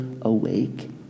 awake